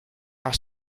our